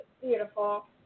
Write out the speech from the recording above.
beautiful